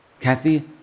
Kathy